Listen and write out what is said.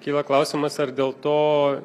kyla klausimas ar dėl to